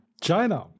China